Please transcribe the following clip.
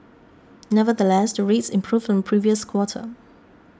nevertheless the rates improved from previous quarter